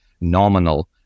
nominal